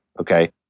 okay